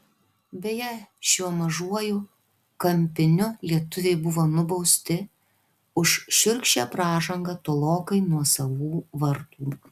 beje šiuo mažuoju kampiniu lietuviai buvo nubausti už šiurkščią pražangą tolokai nuo savų vartų